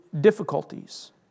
difficulties